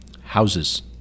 Houses